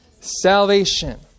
salvation